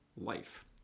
life